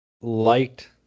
Liked